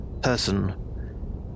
person